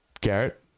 Garrett